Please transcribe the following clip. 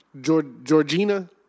Georgina